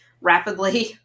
rapidly